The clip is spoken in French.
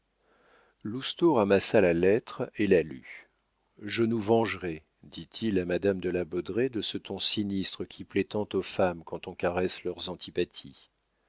lousteau ramassa la lettre et la lut je nous vengerai dit-il à madame de la baudraye de ce ton sinistre qui plaît tant aux femmes quand on caresse leurs antipathies